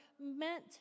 meant